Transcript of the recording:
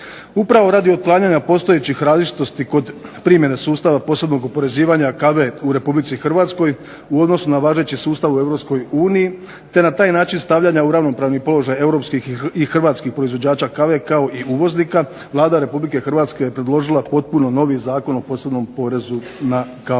Upravo radi otklanjanja postojećih različitosti kod primjene sustava posebnog oporezivanja kave u RH u odnosu na važeći sustav u EU te na taj način stavljanja u ravnopravni položaj europskih i hrvatskih proizvođača kave kao i uvoznika, Vlada Republike Hrvatske je predložila potpuno novi Zakon o posebnom porezu na kavu.